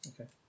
Okay